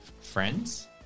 Friends